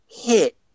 hit